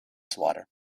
swatter